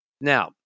Now